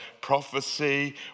prophecy